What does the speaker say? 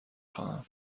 خواهم